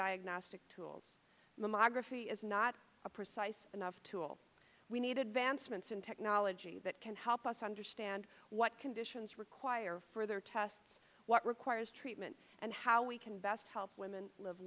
diagnostic tools mammography is not a precise enough tool we need advancements in technology that can help us understand what conditions require further tests what requires treatment and how we can best help women live